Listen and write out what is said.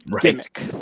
gimmick